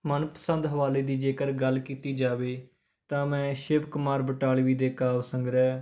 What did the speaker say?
ਮਨਪਸੰਦ ਹਵਾਲੇ ਦੀ ਜੇਕਰ ਗੱਲ ਕੀਤੀ ਜਾਵੇ ਤਾਂ ਮੈਂ ਸ਼ਿਵ ਕੁਮਾਰ ਬਟਾਲਵੀ ਦੇ ਕਾਵਿ ਸੰਗ੍ਰਹਿ